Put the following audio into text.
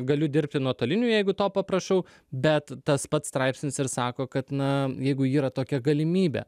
galiu dirbti nuotoliniu jeigu to paprašau bet tas pats straipsnis ir sako kad na jeigu yra tokia galimybė